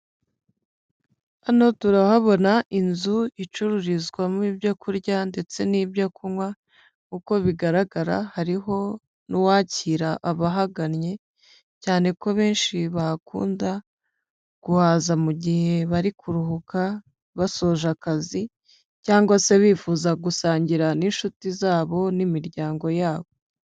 Hano turahabona inzu icururizwamo ibyo kurya ndetse n'ibyo kunywa, uko bigaragara hariho n'uwakira abahagannye, cyane ko benshi bakunda guhaza mu gihe bari kuruhuka basoje akazi, cyangwa se bifuza gusangira n'inshuti zabo n'imiryango yabo.